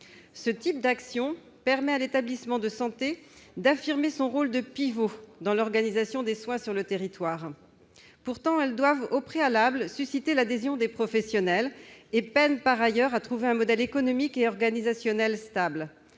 Ce type d'action permet à l'établissement de santé d'affirmer son rôle de pivot dans l'organisation des soins sur le territoire. Pourtant, elles doivent au préalable susciter l'adhésion des professionnels et peinent par ailleurs à trouver un modèle économique et organisationnel stable.